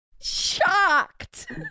shocked